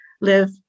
live